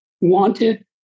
wanted